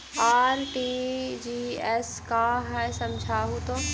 RTGS का है समझाहू तो?